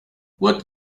what